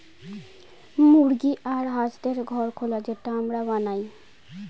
মুরগি আর হাঁসদের ঘর খোলা যেটা আমরা বানায়